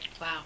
Wow